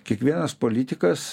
kiekvienas politikas